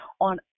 on